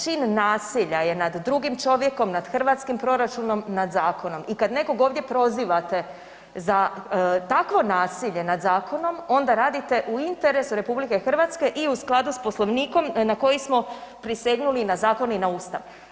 Čin nasilja je nad drugim čovjekom, nad hrvatskim proračunom, nad zakonom i kad nekog ovdje prozivate za takvo nasilje nad zakonom onda radite u interesu RH i u skladu s Poslovnikom na koji smo prisegnuli i na zakon i na ustav.